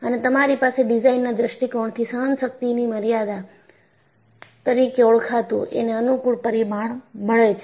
અને તમારી પાસે ડિઝાઇનના દૃષ્ટિકોણથી સહનશક્તિની મર્યાદા તરીકે ઓળખાતું એને અનુકૂળ પરિમાણ મળે છે